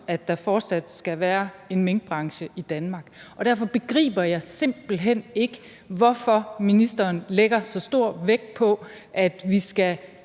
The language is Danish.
at der fortsat skal være en minkbranche i Danmark. Derfor begriber jeg simpelt hen ikke, hvorfor ministeren lægger så stor vægt på, at vi skal